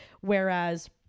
whereas